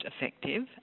effective